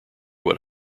what